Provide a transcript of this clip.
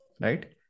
right